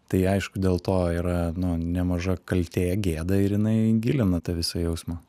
tai aišku dėl to yra nu nemaža kaltė gėda ir jinai gilina tą visą jausmą